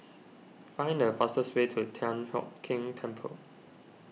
find the fastest way to Thian Hock Keng Temple